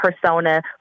persona